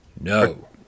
No